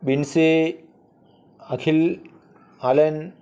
Binsi Akhil Allen